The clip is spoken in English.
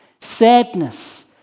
sadness